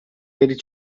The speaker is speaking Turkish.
beri